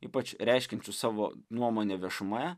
ypač reiškiančių savo nuomonę viešumoje